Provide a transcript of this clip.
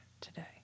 today